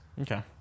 Okay